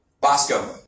Bosco